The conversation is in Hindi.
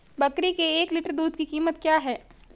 बकरी के एक लीटर दूध की कीमत क्या है?